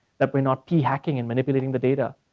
that we're not key hacking and manipulating the data.